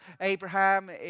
Abraham